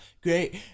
Great